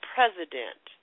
President